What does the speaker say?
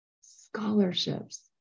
scholarships